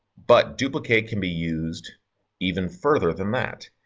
but duplicate can be used even further than that,